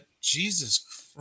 Jesus